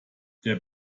der